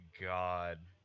god